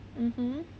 mmhmm